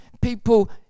people